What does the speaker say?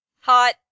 Hot